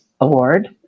Award